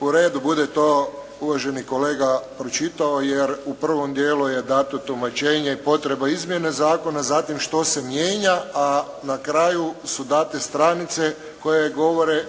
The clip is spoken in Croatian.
U redu bude to uvaženi kolega pročitao jer u prvom dijelu je dato tumačenje i potreba izmjene zakona, zatim što se mijenja a na kraju su date stranice koje govore